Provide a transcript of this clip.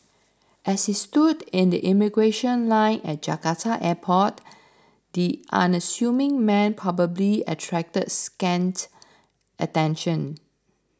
as he stood in the immigration line at Jakarta airport the unassuming man probably attracted scant attention